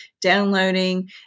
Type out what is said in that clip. downloading